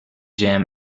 jam